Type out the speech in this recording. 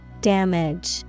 damage